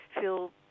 feel